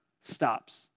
stops